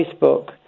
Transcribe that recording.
Facebook